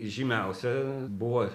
žymiausia buvo